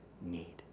need